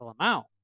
amount